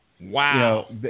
Wow